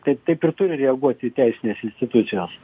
taip taip ir turi reaguoti į teisinės institucijos